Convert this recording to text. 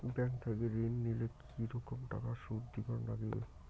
Bank থাকি ঋণ নিলে কি রকম টাকা সুদ দিবার নাগিবে?